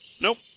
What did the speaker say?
Nope